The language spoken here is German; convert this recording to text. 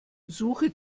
suche